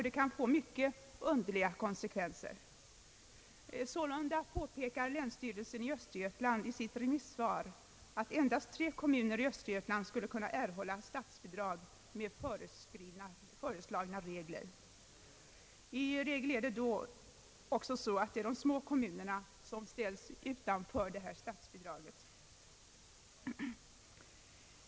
Det kan få mycket underliga konsekvenser. Sålunda påpekar länsstyrelsen i Östergötland i sitt remissvar, att endast tre kommuner i Östergötland skuile kunna erhålla statsbidrag med föreslagna regler. Det är i regel de små kommunerna som ställs utanför.